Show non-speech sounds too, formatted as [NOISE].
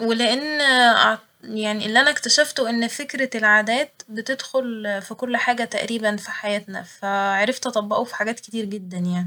ولإن [HESITATION] أع- يعني اللي أنا اكتشفته إن فكرة العادات بتدخل ف كل حاجة تقريبا في حياتنا فعرفت أطبقه في حاجات كتير جدا يعني